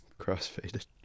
Crossfaded